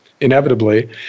inevitably